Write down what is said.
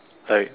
like